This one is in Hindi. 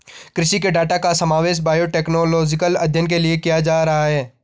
कृषि के डाटा का समावेश बायोटेक्नोलॉजिकल अध्ययन के लिए किया जा रहा है